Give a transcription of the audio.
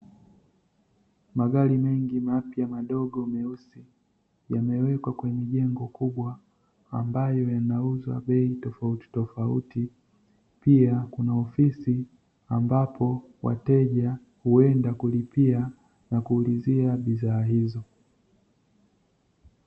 Magari mengi mapya madogo meusi, yamewekwa kwenye jengo kubwa ambayo yanauzwa bei tofautitofauti. Pia kuna ofisi ambapo wateja huenda kulipia na kuulizia bidhaa hizo.